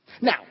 Now